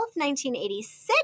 1986